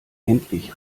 endlich